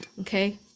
okay